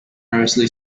variously